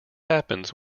happens